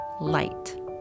Light